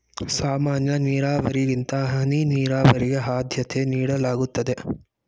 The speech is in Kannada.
ಸಾಮಾನ್ಯ ನೀರಾವರಿಗಿಂತ ಹನಿ ನೀರಾವರಿಗೆ ಆದ್ಯತೆ ನೀಡಲಾಗುತ್ತದೆ